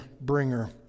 bringer